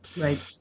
Right